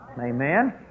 Amen